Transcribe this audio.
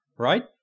right